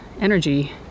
energy